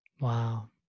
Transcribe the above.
wow